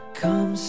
come